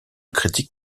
critiques